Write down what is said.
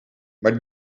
maar